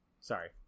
Sorry